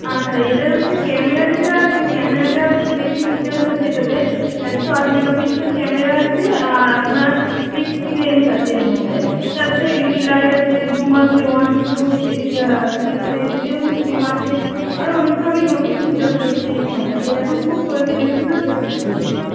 আচ্ছা এটায় হচ্ছে ক্যামেরা যেটা আছে ক্যামেরাটা হচ্ছে বেশি ফিচার্স আছে এটাতে একশো আট মেগাপিক্সেল ক্যামেরা আছে আর আপনার সিক্স পি লেন্স আছে এর মধ্যে তাছাড়া এলইডি লাইট আছে জুম আছে ওয়ান টু সিক্স সিক্স এরকম জুম আছে আরও অনেক ধরনের নতুন ফিচার্স এসেছে এই ফোনটাতে এটা এখন খুব চলছে বেশি তো সেটা বিক্রি হচ্ছে